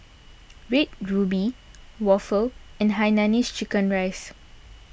Red Ruby Waffle and Hainanese Chicken Rice